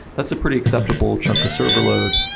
that's a pretty acceptable chunk of server load.